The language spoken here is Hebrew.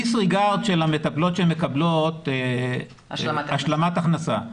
הדיס-ריגרד של המטפלות שמקבלות השלמת הכנסה.